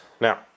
Now